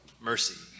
mercy